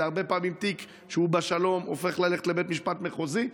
הרבה פעמים תיק שהוא בשלום הולך לבית משפט מחוזי.